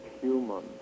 human